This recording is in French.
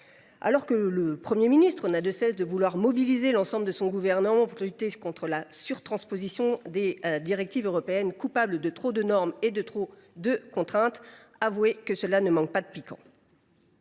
Pourtant, le Premier ministre ne ménage pas ses efforts et mobilise l’ensemble de son gouvernement pour lutter contre la surtransposition des directives européennes, coupable de susciter trop de normes et trop de contraintes – avouez que cela ne manque pas de piquant.